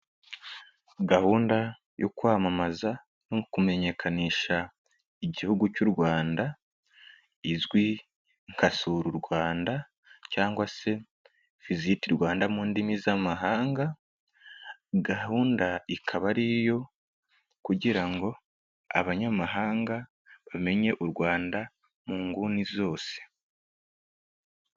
Gahunda yo kwamamaza no kumenyekanisha Igihugu cy'u Rwanda, izwi nka sura u Rwanda cyangwa se Visit Rwanda mu ndimi z'amahanga, gahunda ikaba ari iyo kugira ngo abanyamahanga bamenye u Rwanda, mu nguni zose.